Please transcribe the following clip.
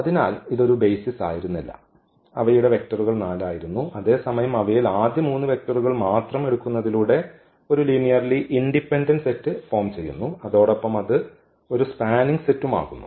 അതിനാൽ ഇത് ഒരു ബെയ്സിസ് ആയിരുന്നില്ല അവയുടെ വെക്റ്ററുകൾ 4 ആയിരുന്നു അതേസമയം അവയിൽ ആദ്യ 3 വെക്റ്ററുകൾ മാത്രം എടുക്കുന്നതിലൂടെ ഒരു ലീനിയർലി ഇൻഡിപെൻഡന്റ് സെറ്റ് ഫോം ചെയ്യുന്നു അതോടൊപ്പം അത് ഒരു സ്പാനിങ് സെറ്റും ആകുന്നു